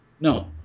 No